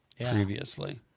previously